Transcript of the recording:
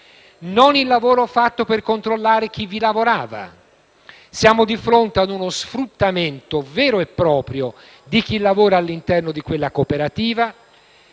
non il lavoro fatto per controllare chi vi lavorava. Siamo di fronte ad uno sfruttamento vero e proprio di chi lavora all'interno di quella cooperativa;